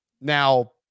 Now